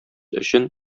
өчен